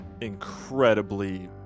incredibly